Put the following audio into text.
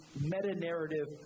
meta-narrative